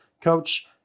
Coach